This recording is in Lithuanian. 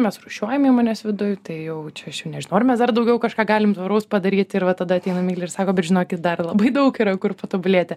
mes rūšiuojam įmonės viduj tai jau čia aš jau nežinau ar mes dar daugiau kažką galim tvaraus padaryti ir va tada ateina miglė ir sako bet žinokit dar labai daug yra kur patobulėti